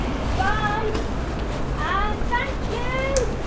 goodbye and thank you!